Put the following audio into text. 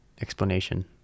explanation